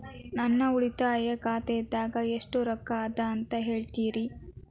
ನನ್ನ ಉಳಿತಾಯ ಖಾತಾದಾಗ ಎಷ್ಟ ರೊಕ್ಕ ಅದ ಅಂತ ಹೇಳ್ತೇರಿ?